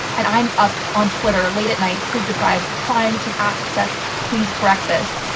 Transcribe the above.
and i'm up on twitter late at night, sleep-deprived, trying to ask seth to please correct this,